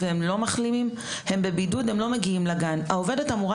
אני מודה